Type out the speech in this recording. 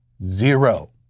zero